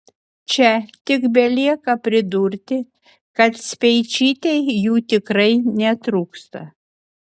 čia tik belieka pridurti kad speičytei jų tikrai netrūksta